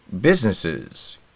businesses